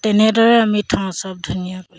তেনেদৰে আমি থওঁ চব ধুনীয়াকৈ